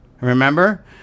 remember